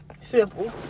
Simple